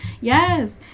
Yes